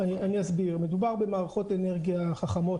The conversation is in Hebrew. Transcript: אני אסביר: מדובר במערכות אנרגיה חכמות,